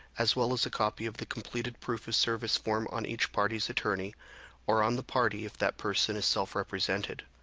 as well as a copy of the completed proof of service form, on each party's attorney or on the party if that person is self represented.